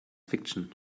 fiction